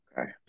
Okay